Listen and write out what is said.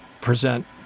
present